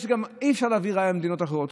אי-אפשר להביא ראיה ממדינות אחרות,